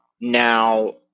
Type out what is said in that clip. Now